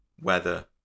weather